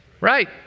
Right